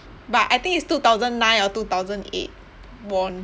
but I think it's two thousand nine or two thousand eight won